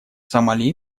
сомали